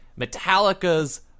Metallica's